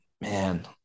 Man